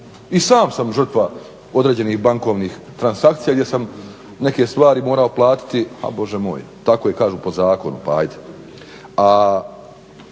I sam sam žrtva određenih bankovnih transakcija gdje sam neke stvari morao platiti, ali Bože moj. Tako i kažu po zakonu pa ajde.